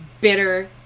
bitter